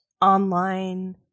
online